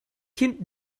kind